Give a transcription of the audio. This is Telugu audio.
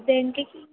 దేనికి